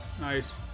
nice